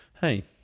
hey